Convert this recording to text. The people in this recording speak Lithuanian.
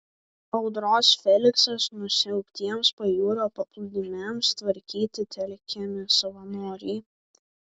audros feliksas nusiaubtiems pajūrio paplūdimiams tvarkyti telkiami savanoriai